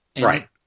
Right